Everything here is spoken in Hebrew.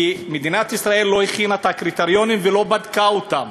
כי מדינת ישראל לא הכינה את הקריטריונים ולא בדקה אותם.